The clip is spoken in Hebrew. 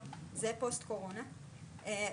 אבל המצב הכרוני הזה נשאר איתי.